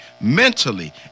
mentally